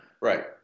right